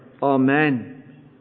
Amen